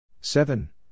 Seven